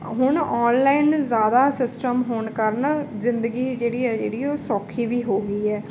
ਹੁਣ ਆਨਲਾਈਨ ਜ਼ਿਆਦਾ ਸਿਸਟਮ ਹੋਣ ਕਰਨ ਜ਼ਿੰਦਗੀ ਜਿਹੜੀ ਹੈ ਜਿਹੜੀ ਉਹ ਸੌਖੀ ਵੀ ਹੋ ਗਈ ਹੈ